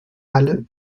halle